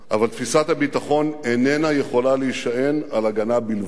אבל תפיסת הביטחון איננה יכולה להישען על הגנה בלבד.